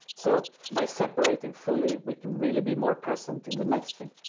so by separating fully we can really be more present in the next thing.